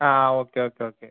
ആ ആ okay okay okay